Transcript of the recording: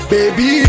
Baby